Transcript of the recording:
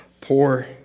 poor